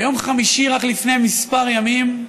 ביום חמישי, רק לפני כמה ימים,